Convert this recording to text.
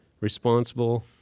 responsible